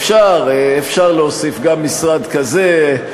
אפשר, אפשר להוסיף גם משרד כזה.